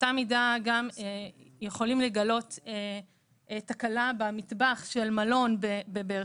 באותה מידה גם יכולים לגלות תקלה במטבח של מלון בבאר